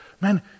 man